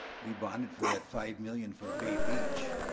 we bonded for that five million for bay beach.